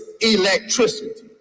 electricity